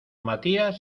matías